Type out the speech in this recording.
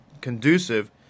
conducive